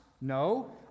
No